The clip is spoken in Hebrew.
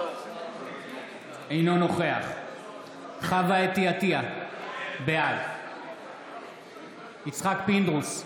אינו נוכח חוה אתי עטייה, בעד יצחק פינדרוס,